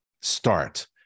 start